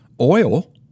oil